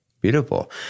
Beautiful